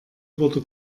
wurde